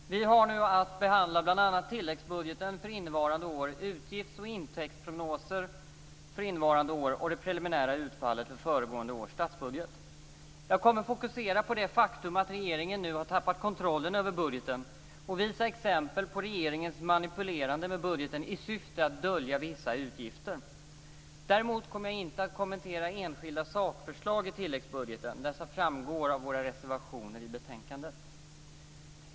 Fru talman! Vi har nu att behandla bl.a. tilläggsbudgeten för innevarande år, utgifts och intäktsprognoser för innevarande år och det preliminära utfallet för föregående års statsbudget. Jag kommer att fokusera på det faktum att regeringen nu har tappat kontrollen över budgeten och visa exempel på regeringens manipulerande med budgeten i syfte att dölja vissa utgifter. Däremot kommer jag inte att kommentera enskilda sakförslag i tilläggsbudgeten. Dessa framgår av våra reservationer till betänkandet.